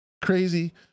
crazy